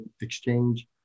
exchange